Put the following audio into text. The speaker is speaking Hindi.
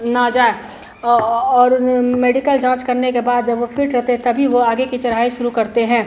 ना जाए और उन मेडिकल जाँच करने के बाद जब वे फ़िट रहते हैं तभी वे आगे की चढ़ाई शुरू करते हैं